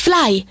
Fly